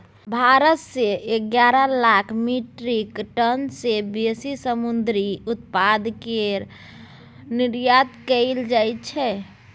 भारत सँ एगारह lakh metric tonne सँ बेसी समुंदरी उत्पाद केर निर्यात कएल जाइ छै